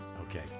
Okay